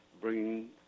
bringing